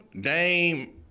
Dame